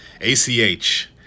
ACH